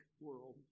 world